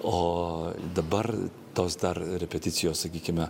o dabar tos dar repeticijos sakykime